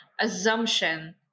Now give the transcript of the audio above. assumption